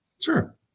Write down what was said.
Sure